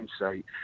insight